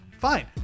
fine